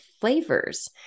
flavors